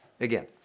again